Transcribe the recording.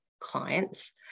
clients